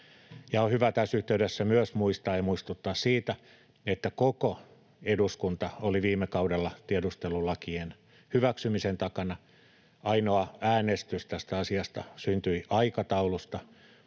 on hyvä tässä yhteydessä myös muistaa ja muistuttaa siitä, että koko eduskunta oli viime kaudella tiedustelulakien hyväksymisen takana. Ainoa äänestys tästä asiasta syntyi aikataulusta,